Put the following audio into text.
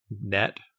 Net